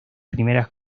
primeras